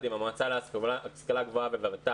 עם המועצה להשכלה גבוהה וות"ת בעצם את כמות הלומדים,